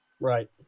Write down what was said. Right